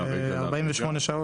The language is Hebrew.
מרגע לרגע --- זה משהו כמו 48 שעות.